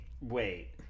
Wait